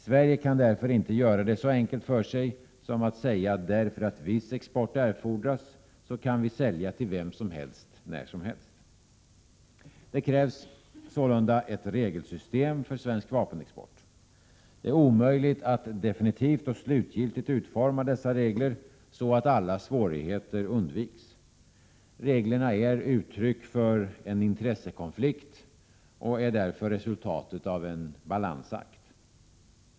Sverige kan därför inte göra det så enkelt för sig som att säga att därför att viss export erfordras, så kan vi sälja till vem som helst och när som helst. Det krävs sålunda ett regelsystem för svensk vapenexport. Det är omöjligt att definitivt och slutgiltigt utforma dessa regler så, att alla svårigheter undviks. Reglerna är uttryck för en intressekonflikt och är därför resultatet av en balansakt.